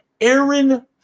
Aaron